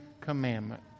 commandment